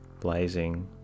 Blazing